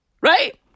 Right